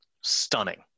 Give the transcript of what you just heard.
stunning